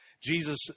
Jesus